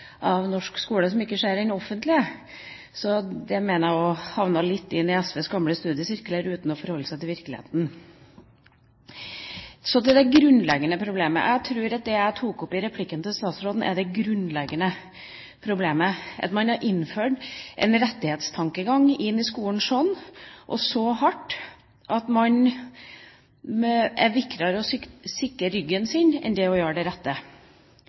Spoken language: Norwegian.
Så det mener jeg også havnet litt inn i SVs gamle studiesirkler uten å forholde seg til virkeligheten. Så til det grunnleggende problemet. Jeg tror at det jeg tok opp i replikken til statsråden, er det grunnleggende problemet, at man har innført en rettighetstankegang i skolen – på en sånn måte og så hardt at det er viktigere å sikre ryggen sin enn det å gjøre det rette.